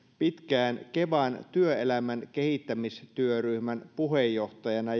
pitkään kevan työelämän kehittämistyöryhmän puheenjohtajana